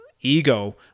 ego